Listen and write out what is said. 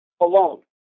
alone